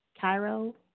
Cairo